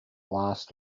last